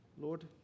Lord